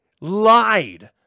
lied